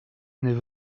n’est